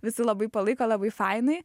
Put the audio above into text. visi labai palaiko labai fainai